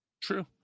True